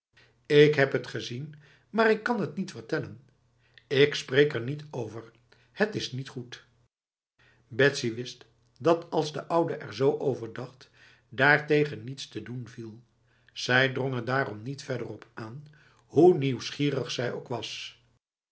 ik heb het gezien maar ik kan het niet vertellen ik spreek er niet over het is niet goed betsy wist dat als de oude er zo over dacht daartegen niets te doen viel zij drong er daarom niet verder op aan hoe nieuwsgierig zij ook was